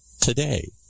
today